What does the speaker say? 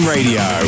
Radio